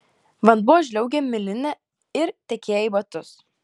vanduo žliaugė miline ir tekėjo į batus